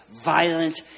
violent